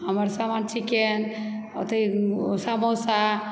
हमर सामान चिकेन अथी समोसा